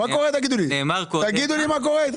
תגידו לי, מה קורה איתכם?